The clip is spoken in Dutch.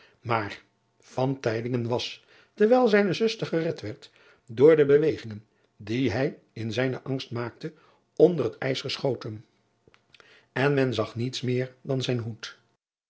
maar was terwijl zijne zuster gered werd door de bewegingen die hij in zijnen driaan oosjes zn et leven van aurits ijnslager angst maakte onder het ijs geschoten en men zag niets meer dan zijn hoed